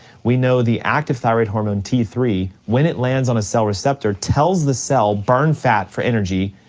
we know the active thyroid hormone, t three, when it lands on a cell receptor, tells the cell burn fat for energy,